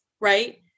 right